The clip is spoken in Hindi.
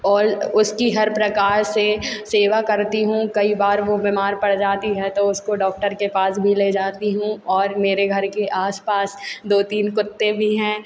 और उसकी हर प्रकार से सेवा करती हूँ कई बार वो बीमार पड़ जाती है तो उसको डॉक्टर के पास भी ले जाती हूँ और मेरे घर के आस पास दो तीन कुत्ते भी हैं